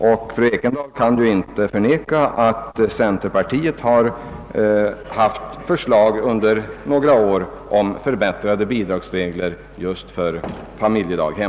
Fru Ekendahl kan väl ändå inte förneka att centerpartiet under ett antal år har lagt förslag om förbättrade bidragsregler för just familjedaghem?